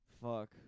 Fuck